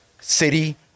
city